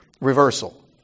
Reversal